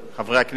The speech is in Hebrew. חברי הכנסת,